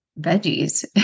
veggies